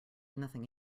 nothing